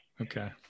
Okay